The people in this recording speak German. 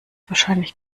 wahrscheinlich